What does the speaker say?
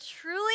truly